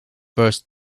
burst